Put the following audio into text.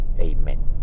Amen